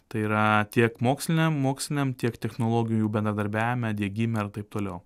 tai yra tiek moksliniam moksliniam tiek technologijų bendradarbiavime diegime ir taip toliau